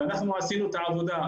ואנחנו עשינו את העבודה.